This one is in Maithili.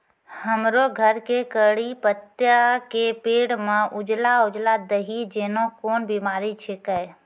हमरो घर के कढ़ी पत्ता के पेड़ म उजला उजला दही जेना कोन बिमारी छेकै?